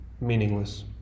meaningless